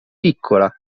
piccola